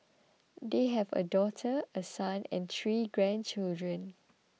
they have a daughter a son and three grandchildren